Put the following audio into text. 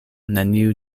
neniu